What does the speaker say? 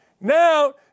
Now